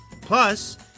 Plus